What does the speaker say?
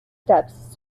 steps